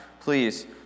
please